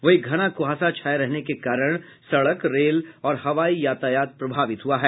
वहीं घना कुहासा छाये रहने के कारण सड़क रेल और हवाई यातायात प्रभावित हुआ है